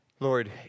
Lord